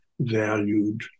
valued